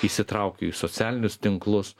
įsitraukiu į socialinius tinklus